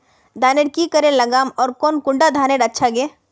धानेर की करे लगाम ओर कौन कुंडा धानेर अच्छा गे?